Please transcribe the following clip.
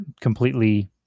completely